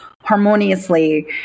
harmoniously